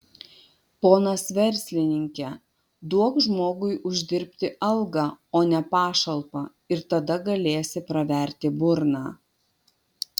ponas verslininke duok žmogui uždirbti algą o ne pašalpą ir tada galėsi praverti burną